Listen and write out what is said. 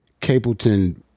Capleton